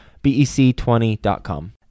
BEC20.com